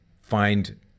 find